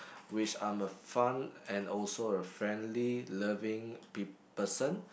which I'm a fun and also a friendly loving peop~ person